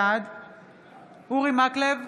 בעד אורי מקלב,